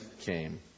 came